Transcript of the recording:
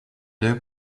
deux